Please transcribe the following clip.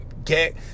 okay